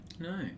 No